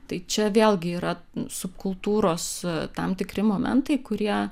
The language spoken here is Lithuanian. tai čia vėlgi yra subkultūros tam tikri momentai kurie